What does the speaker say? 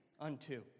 unto